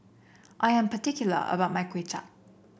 I am particular about my Kway Chap